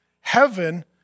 Heaven